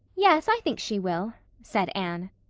yes, i think she will, said anne.